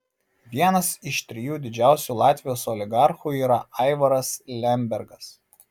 vienas iš trijų didžiausių latvijos oligarchų yra aivaras lembergas